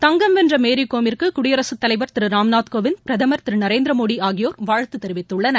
தங்கம் வென்ற மேரி கோமிற்கு குடியரசுத் தலைவர் திரு ராம்நாத் கோவிந்த் பிரதமர் திரு நரேந்திர மோடி ஆகியோர் வாழ்த்து தெரிவித்துள்ளனர்